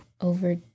over